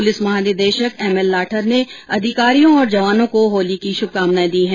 police महानिदेशक M L Lathar ने अधिकारियों और जवानों को होली की शुभकामनाएं दी है